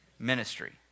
ministry